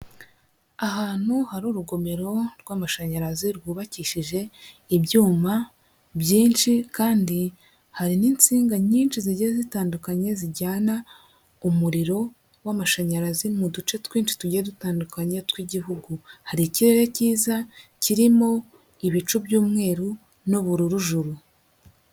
Ahantu hari urugomero rw'amashanyarazi, rwubakishije ibyuma byinshi, kandi hari n'insinga nyinshi zijya zitandukanye zijyana umuriro w'amashanyarazi mu duce twinshi tugiye dutandukanye tw'igihugu. Hari ikirere cyiza kirimo ibicu by'umweru n'ubururu juru.